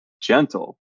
gentle